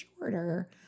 shorter